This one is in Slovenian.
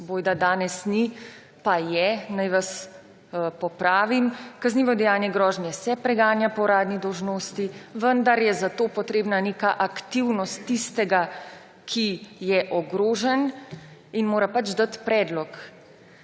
bojda danes ni, pa je, naj vas popravim. Kaznivo dejanje grožnje se preganja po uradni dolžnosti, vendar je za to potrebna neka aktivnost tistega, ki je ogrožen in mora dati predlog.